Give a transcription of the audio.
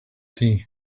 tea